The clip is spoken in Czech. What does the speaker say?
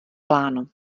plánu